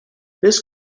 this